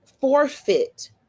forfeit